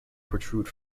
protrude